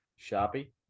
Sharpie